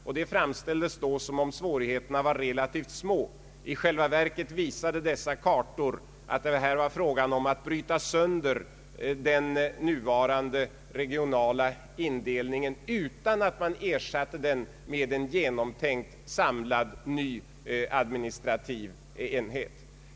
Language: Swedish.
Detta framställdes då som om svårigheterna var relativt små. I själva verket visade dessa kartor att det här var fråga om att bryta sönder den nuvarande regionala indelningen utan att man ersatte den med en genomtänkt, samlad, ny administrativ enhet.